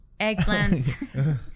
eggplants